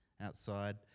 outside